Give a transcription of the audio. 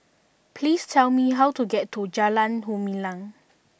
please tell me how to get to Jalan Gumilang